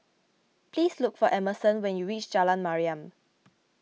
please look for Emerson when you reach Jalan Mariam